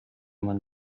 man